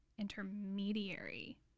intermediary